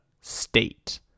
State